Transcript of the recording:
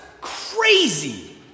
crazy